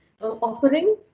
offering